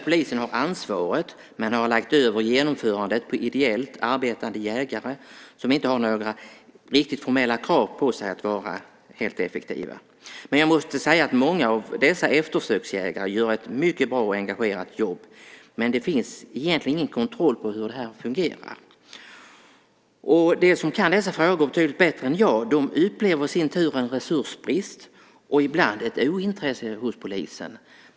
Polisen har ansvaret men har lagt över genomförandet på ideellt arbetande jägare som inte har några riktigt formella krav på sig att vara helt effektiva. Jag måste säga att många av dessa eftersöksjägare gör ett mycket bra och engagerat jobb, men det finns egentligen ingen kontroll av hur det här fungerar. De som kan dessa frågor betydligt bättre än jag upplever i sin tur en resursbrist och ibland ett ointresse hos polisen.